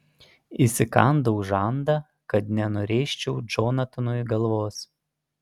įsikandau žandą kad nenurėžčiau džonatanui galvos